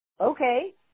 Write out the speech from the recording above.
Okay